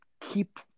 keep